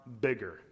bigger